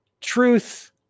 truth